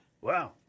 Wow